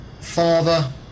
Father